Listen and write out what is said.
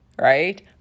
right